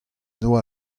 doa